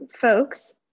folks